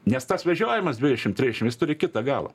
nes tas vežiojimas dviešim triešim jis turi kitą galą